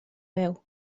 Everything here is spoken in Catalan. veu